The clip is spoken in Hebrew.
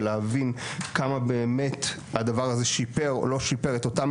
להבין כמה באמת הדבר הזה שיפר או לא שיפר את אותם